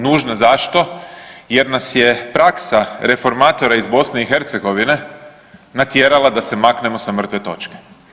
Nužna zašto jer nas je praksa reformatora iz BIH natjerala da se maknemo sa mrtve točke.